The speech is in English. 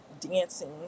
dancing